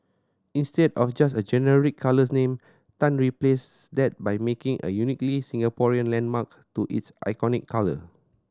instead of just a generic colour name Tan replaced that by matching a uniquely Singaporean landmark to its iconic colour